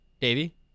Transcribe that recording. Davey